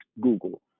Google